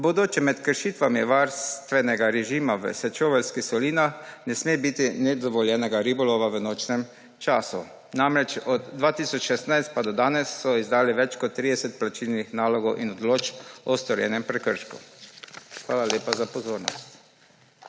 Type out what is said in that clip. V bodoče med kršitvami varstvenega režima v sečoveljskih solinah ne sme biti nedovoljenega ribolova v nočnem času. Od leta 2016 pa do danes so namreč izdali več kot 30 plačilnih nalogov in odločb o storjenem prekršku. Hvala lepa za pozornost.